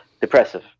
depressive